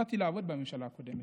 באתי לעבוד בממשלה הקודמת.